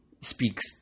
speaks